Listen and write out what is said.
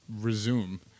resume